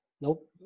Nope